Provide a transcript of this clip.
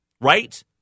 right